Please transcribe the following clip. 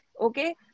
Okay